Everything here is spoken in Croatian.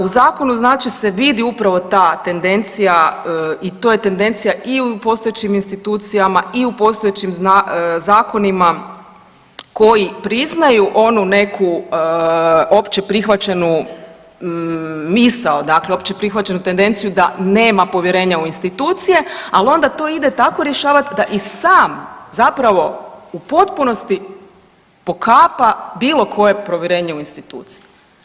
U zakonu se vidi upravo ta tendencija i to je tendencija i u postojećim institucijama i u postojećim zakonima koji priznaju onu neku općeprihvaćenu misao, dakle općeprihvaćenu tendenciju da nema povjerenja u institucije, ali onda to ide tako rješavat da i sam zapravo u potpunosti pokapa bilo koje povjerenje u institucije.